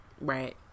right